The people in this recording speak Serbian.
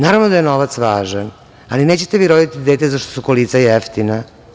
Naravno da je novac važan, ali nećete vi roditi dete zato što su kolica jeftina.